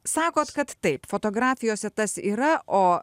sakot kad taip fotografijose tas yra o